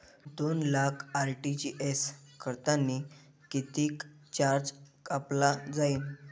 दोन लाख आर.टी.जी.एस करतांनी कितीक चार्ज कापला जाईन?